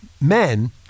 men